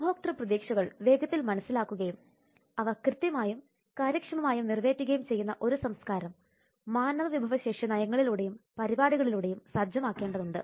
ഉപഭോക്ത പ്രതീക്ഷകൾ വേഗത്തിൽ മനസ്സിലാക്കുകയും അവ കൃത്യമായും കാര്യക്ഷമമായും നിറവേറ്റുകയും ചെയ്യുന്ന ഒരു സംസ്കാരം മാനവവിഭവശേഷി നയങ്ങളിലൂടെയും പരിപാടികളിലൂടെയും സജ്ജമാക്കണ്ടതുണ്ട്